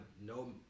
no